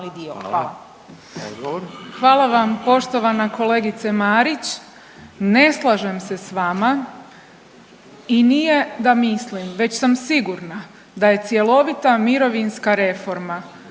Hvala vam poštovana kolegice Marić. Ne slažem se s vama i nije da mislim već sam sigurna da je cjelovita mirovinska reforma